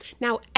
now